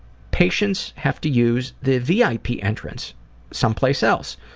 patients have to use the v. i. p. entrance someplace else.